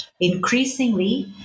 increasingly